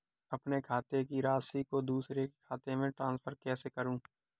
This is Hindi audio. अपने खाते की राशि को दूसरे के खाते में ट्रांसफर कैसे करूँ?